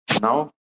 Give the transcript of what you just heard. Now